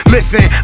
Listen